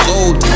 old